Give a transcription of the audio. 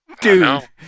Dude